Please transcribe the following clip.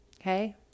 Okay